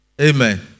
Amen